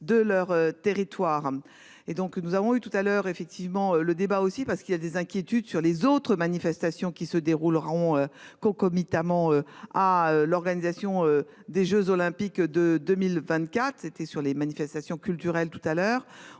De leur territoire. Et donc nous avons eu tout à l'heure, effectivement le débat aussi parce qu'il y a des inquiétudes sur les autres manifestations qui se dérouleront concomitamment à l'organisation des Jeux olympiques de 2024. C'était sur les manifestations culturelles tout à l'heure,